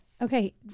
Okay